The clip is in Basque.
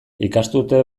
ikasturte